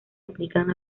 aplican